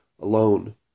alone